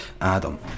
Adam